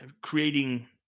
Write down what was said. creating